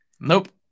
nope